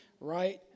right